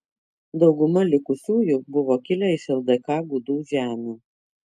dauguma likusiųjų buvo kilę iš ldk gudų žemių